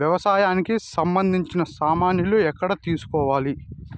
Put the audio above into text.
వ్యవసాయానికి సంబంధించిన సామాన్లు ఎక్కడ తీసుకోవాలి?